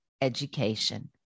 education